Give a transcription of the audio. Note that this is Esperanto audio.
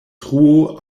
truo